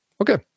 Okay